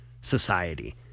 society